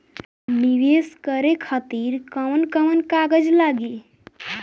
नीवेश करे खातिर कवन कवन कागज लागि?